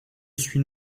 suis